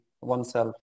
oneself